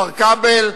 מר כבל,